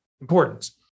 importance